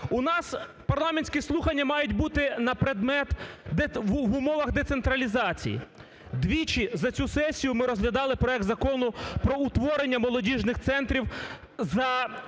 У нас парламентські слухання мають бути на предмет де... в умовах децентралізації. Двічі за цю сесію ми розглядали проект Закону про утворення молодіжних центрів за